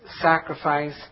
sacrifice